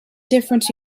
difference